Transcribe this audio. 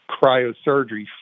Cryosurgery